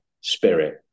spirit